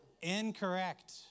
Incorrect